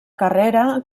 carrera